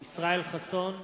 ישראל חסון,